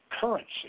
currency